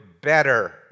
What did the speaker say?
better